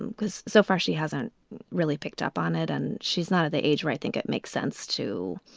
and because so far she hasn't really picked up on it. and she's not at the age where i think it makes sense to.